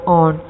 on